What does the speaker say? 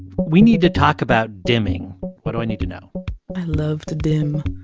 we need to talk about dimming what do i need to know? i love to dim